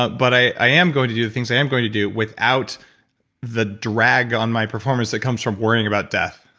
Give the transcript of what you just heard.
but but i am going to do the things i am going to do without the drag on my performance that comes from worrying about death.